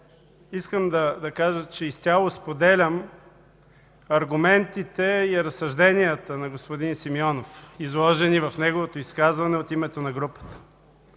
искам да кажа, че изцяло споделям аргументите и разсъжденията на господин Симеонов, изложени в неговото изказване от името на групата.